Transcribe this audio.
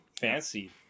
Fancy